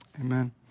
amen